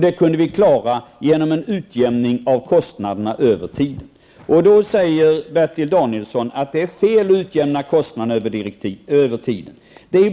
Detta kunde vi klara genom en utjämning av kostnaderna över tiden. Då säger Bertil Danielsson att det är fel att utjämna kostnaderna över tiden.